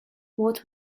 what